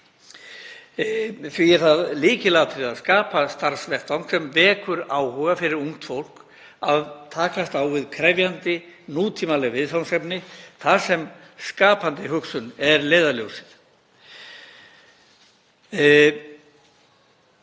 Því er það lykilatriði að skapa starfsvettvang sem vekur áhuga fyrir ungt fólk að takast á við krefjandi nútímaleg viðfangsefni þar sem skapandi hugsun er leiðarljós.